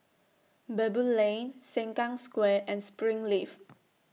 Baboo Lane Sengkang Square and Springleaf